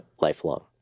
lifelong